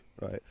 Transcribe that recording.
right